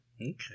Okay